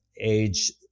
age